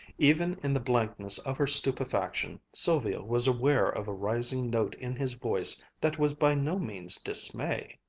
even in the blankness of her stupefaction, sylvia was aware of a rising note in his voice that was by no means dismay.